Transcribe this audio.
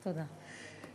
תודה.